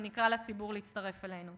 ונקרא לציבור להצטרף אלינו.